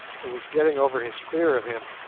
who was getting over his fear of him,